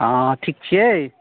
हॅं ठीक छियै